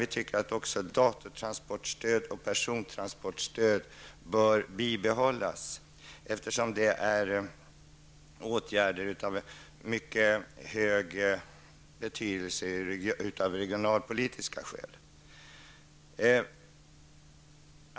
Vi anser att även stöden för persontransporter och datakommunikation bör bibehållas, eftersom dessa har stor betydelse av regionalpolitiska skäl.